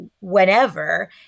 whenever